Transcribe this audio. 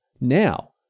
now